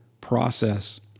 process